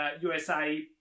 USA